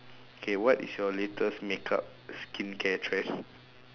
K what is your latest make up skin care trend